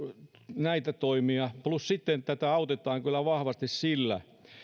näitä toimia plus sitten tätä autetaan kyllä vahvasti sillä